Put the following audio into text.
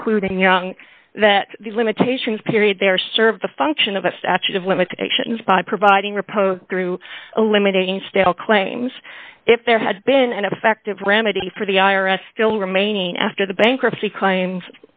concluding young that the limitations period there serve the function of a statute of limitations by providing repose through eliminating stale claims if there had been an effective remedy for the i r s still remaining after the bankruptcy claims